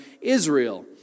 Israel